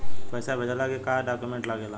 पैसा भेजला के का डॉक्यूमेंट लागेला?